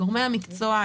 גורמי המקצועי,